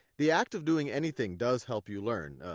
the act of doing anything does help you learn.